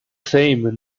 same